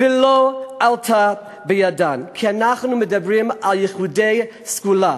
"ולא עלתה בידן"; כי אנחנו מדברים על יחידי סגולה.